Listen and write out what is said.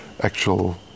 actual